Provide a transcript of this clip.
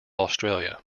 australia